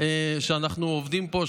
שאנחנו עובדים פה,